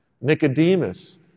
Nicodemus